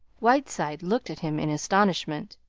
whiteside looked at him in astonishment.